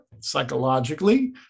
psychologically